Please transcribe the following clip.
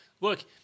look